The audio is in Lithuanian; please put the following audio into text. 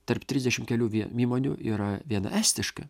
tarp trisdešimt kelių vien įmonių yra viena estiška